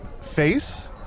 face